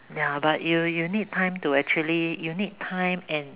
ya but you you need time to actually you need time and